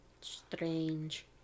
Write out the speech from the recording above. Strange